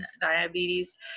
diabetes